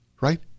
right